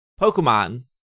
Pokemon